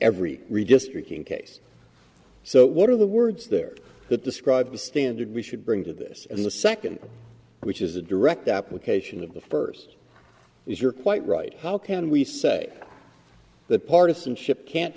every redistricting case so what are the words there that described a standard we should bring to this in the second which is the direct application of the first if you're quite right how can we say that partisanship can't